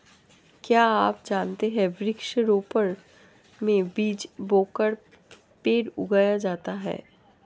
क्या आप जानते है वृक्ष रोपड़ में बीज बोकर पेड़ उगाया जाता है